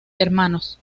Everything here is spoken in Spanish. hermanos